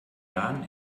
jahren